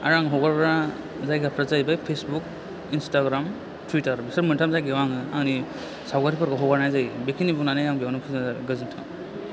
आरो आं हगारग्रा जायगाफ्रा जाहैबाय फेसबुक इनस्ताग्राम टुइटार बेसोर मोन्थाम जायगायाव आङो आंनि सावगारिफोरखौ हगारनाय जायो बेखिनि बुंनानै आं बेयावनो फोजोबनाय जाबाय गोजोन्थों